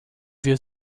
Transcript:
wir